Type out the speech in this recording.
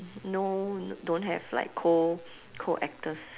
no don't have like co~ co-actors